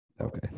Okay